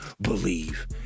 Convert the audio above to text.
believe